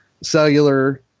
cellular